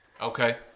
okay